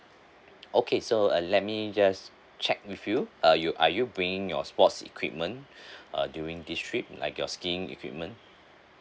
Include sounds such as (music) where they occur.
okay so uh let me just check with you uh you are you bringing your sports equipment (breath) uh during this trip like your skiing equipment